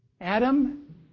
Adam